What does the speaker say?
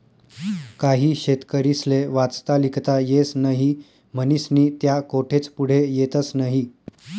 काही शेतकरीस्ले वाचता लिखता येस नही म्हनीस्नी त्या कोठेच पुढे येतस नही